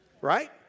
right